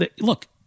Look